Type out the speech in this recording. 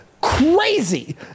crazy